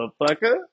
motherfucker